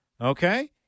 Okay